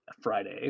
Friday